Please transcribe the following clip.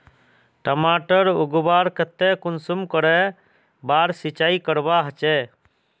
टमाटर उगवार केते कुंसम करे बार सिंचाई करवा होचए?